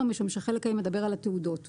משום שחלק ה' מדבר על התעודות,